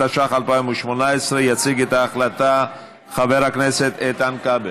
התשע"ח 2018. יציג את ההחלטה חבר הכנסת איתן כבל.